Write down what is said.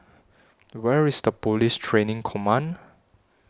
Where IS The Police Training Command